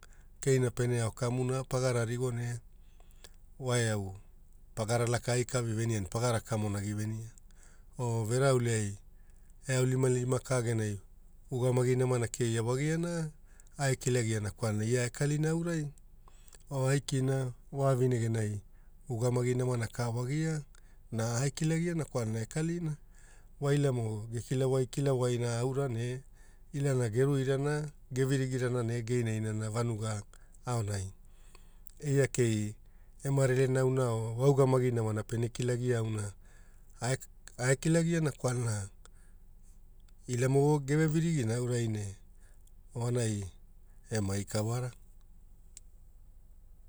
Keina pene ao kamuna pagara rigo ne wa eau pagara laka ika vevenia e pagara kamonagia venia o verauleai, e aunilimalima ka genai ugamagi namana keia wagia na ae kilagiana kwalana ia e kalina aurai o aikina wavine genai ugamai namana ka wagia na e kilagiana kwalana ekalina wailamo gekilawai kilawaira aura ne ilana geruirana gevirigiarana ne geinainana vanuga aonai. Eia kei emarelena auna o ogamagi namona pene kilagia aura aekilagia kwalana ilamo geve virigina aurai ne vonai ema ika wara